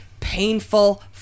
painful